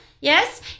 Yes